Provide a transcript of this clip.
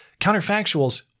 counterfactuals